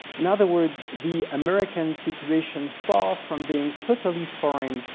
in other words, the american situation, far from being totally foreign,